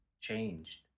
changed